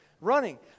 Running